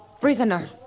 prisoner